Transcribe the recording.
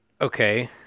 okay